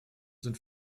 sind